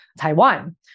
Taiwan